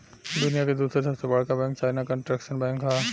दुनिया के दूसर सबसे बड़का बैंक चाइना कंस्ट्रक्शन बैंक ह